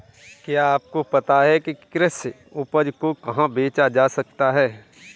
क्या आपको पता है कि कृषि उपज को कहाँ बेचा जा सकता है?